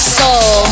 soul